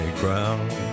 ground